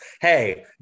Hey